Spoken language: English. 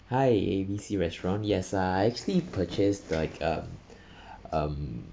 hi A B C restaurant yes I actually purchase like um um